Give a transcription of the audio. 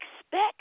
Expect